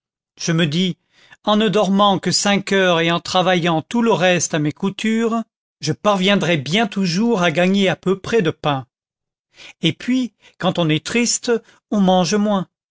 je me dis en ne dormant que cinq heures et en travaillant tout le reste à mes coutures je parviendrai bien toujours à gagner à peu près du pain et puis quand on est triste on mange moins